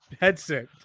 headset